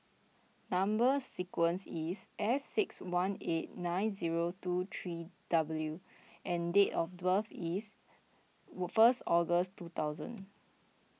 Number Sequence is S six one eight nine zero two three W and date of birth is first August two thousand